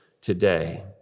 today